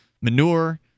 manure